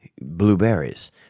blueberries